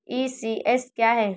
ECS क्या है?